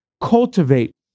cultivate